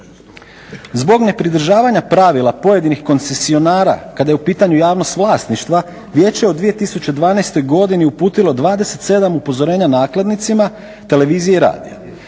Zbog nepridržavanja pravila pojedinih koncesionara kada je u pitanju javnost vlasništva vijeće je u 2012.godini uputilo 27 upozorenja nakladnicima, televizije i radija